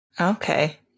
Okay